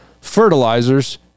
fertilizers